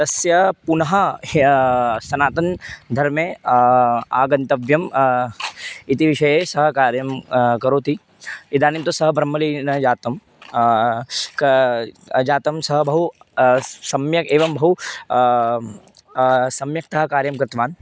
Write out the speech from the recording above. तस्य पुनः ह्या सनातन धर्मे आगन्तव्यम् इति विषये सः कार्यं करोति इदानीं तु सः ब्रह्मलीनं जातं क जातं सः बहु सम्यक् एवं बहु सम्यक्तया कार्यं कृत्वान्